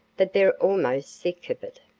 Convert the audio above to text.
that they're almost sick of it.